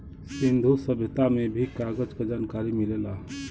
सिंन्धु सभ्यता में भी कागज क जनकारी मिलेला